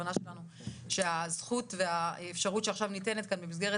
הכוונה שלנו שהזכות והאפשרות שעכשיו ניתנת כאן במסגרת